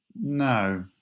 No